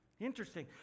Interesting